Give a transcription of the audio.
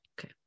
okay